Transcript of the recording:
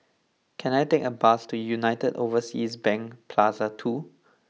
can I take a bus to United Overseas Bank Plaza Two